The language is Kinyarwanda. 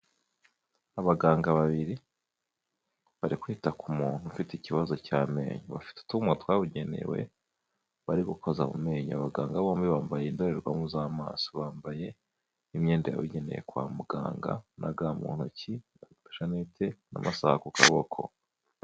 Abaganga babiri, bari kwita ku muntu ufite ikibazo cy'amenyo, bafite utwuma twabugenewe bari gukoza mu menyo, abaganga bombi bambaye indorerwamo z'amaso, bambaye n'imyenda yabugenewe kwa muganga na ga mu ntoki, udushanete n'amasaha ku kaboko.